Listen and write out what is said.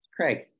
Craig